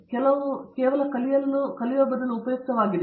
ಮತ್ತು ಕೇವಲ ಕಲಿಯಲು ಬದಲಾಗಿ ಉಪಯುಕ್ತವಾಗಿದೆ